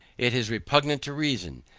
it is repugnant to reason,